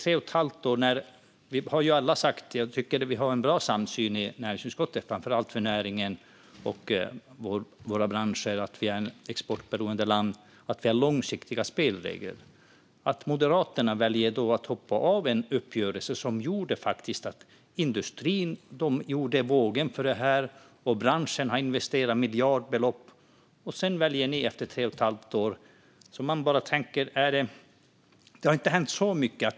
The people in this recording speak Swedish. Vi tycker ju att vi har en bra samsyn i näringsutskottet om att vår näring och våra branscher, eftersom vi är ett exportberoende land, måste ha långsiktiga spelregler. Varför väljer då Moderaterna att efter tre och ett halvt år hoppa av en uppgörelse som industrin gjorde vågen för och som fick branschen att investera miljardbelopp? Det har ju inte hänt så mycket.